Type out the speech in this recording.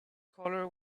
color